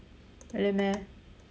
really meh